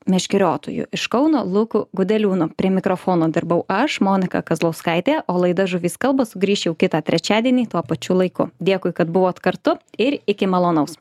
meškeriotojų iš kauno luku gudeliūno prie mikrofono dirbau aš monika kazlauskaitė o laida žuvys kalba sugrįš jau kitą trečiadienį tuo pačiu laiku dėkui kad buvot kartu ir iki malonaus